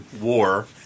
war